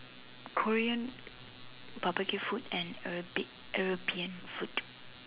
Korean barbecue food and a bit European food